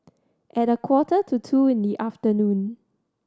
at a quarter to two in the afternoon